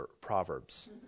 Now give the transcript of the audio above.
Proverbs